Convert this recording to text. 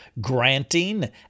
Granting